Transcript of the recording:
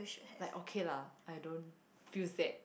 like okay lah I don't feel sad